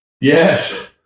Yes